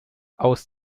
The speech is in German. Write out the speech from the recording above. aus